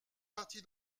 partie